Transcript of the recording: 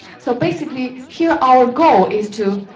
so, basically, here, our goal is to,